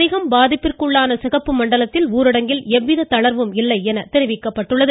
அதிகம் பாதிப்பிற்குள்ளான சிகப்பு மண்டலத்தில் ஊரடங்கில் எவ்வித தளர்வும் இல்லை என தெரிவிக்கப்பட்டுள்ளது